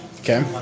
okay